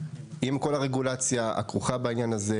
עם כל הרגולציה הכרוכה בכך.